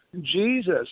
Jesus